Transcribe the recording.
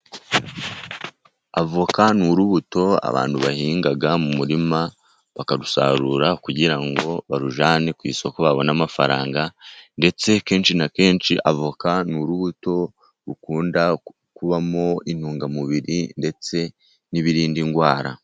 Avoka ni urubuto abantu bahinga mu murima, bakarusarura kugira ngo barujyane ku isoko babone amafaranga, ndetse kenshi na kenshi avoka ni urubuto rukunda kubamo intungamubiri, ndetse n'ibirinda indwara.